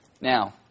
Now